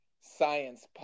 science